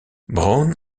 braun